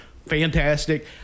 Fantastic